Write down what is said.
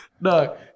no